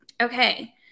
Okay